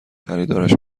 خریدارش